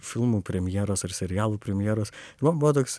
filmų premjeros ar serialų premjeros man buvo toks